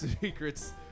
secrets